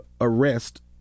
arrest